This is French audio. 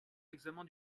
l’examen